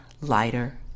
lighter